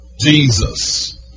Jesus